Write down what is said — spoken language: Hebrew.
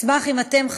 אשמח אם אתם,